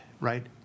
right